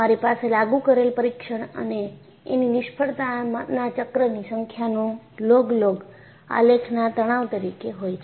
તમારી પાસે લાગુ કરેલુ પરીક્ષણ અને એની નિષ્ફળતાનાં ચક્રની સંખ્યાનો લોગ લોગ આલેખના તણાવ તરીકે હોય છે